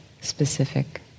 specific